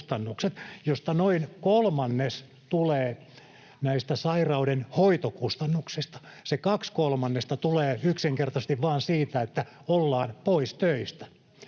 josta noin kolmannes tulee näistä sairauden hoitokustannuksista. Se kaksi kolmannesta tulee yksinkertaisesti vaan siitä, että ollaan pois töistä.